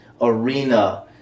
arena